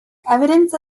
evidence